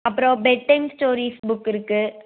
அப்புறம் bedtime stories book இருக்கு